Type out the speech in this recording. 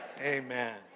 Amen